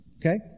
okay